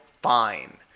fine